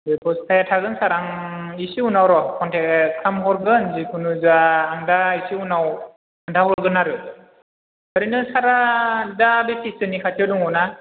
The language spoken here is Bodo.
ए थागोन सार आं एसे उनाव र' कनटेक खालाम हरगोन जिखुनु जाया आं दा एसे उनाव खोनथा हरगोन आरो ओरैनो सारा दा बेसेसोनि खाथियाव दङ ना